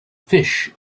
fish